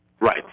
Right